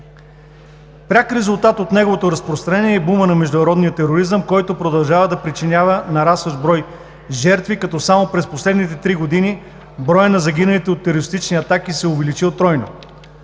Пряк резултат от неговото разпространение е бумът на международния тероризъм, който продължава да причинява нарастващ брой жертви, като само през последните три години броят на загиналите от терористични атаки се е увеличил тройно.